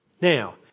Now